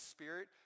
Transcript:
Spirit